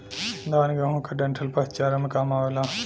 धान, गेंहू क डंठल पशु चारा में काम आवेला